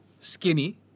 skinny